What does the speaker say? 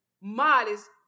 modest